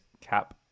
cap